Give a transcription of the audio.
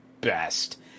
best